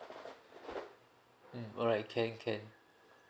mm alright can can